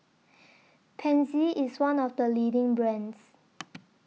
Pansy IS one of The leading brands